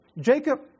Jacob